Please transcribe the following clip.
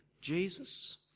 Jesus